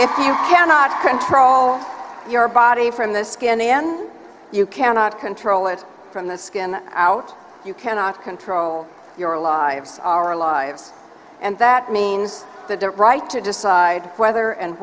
if you cannot control your body from the skin n you cannot control it from the skin out you cannot control your lives our lives and that means that the right to decide whether and